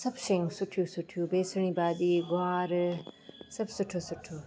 सभु शयूं सुठियूं सुठियूं बेसणी भाॼी गवार सभु सुठो सुठो